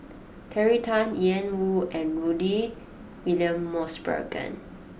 Terry Tan Ian Woo and Rudy William Mosbergen